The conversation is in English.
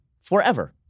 forever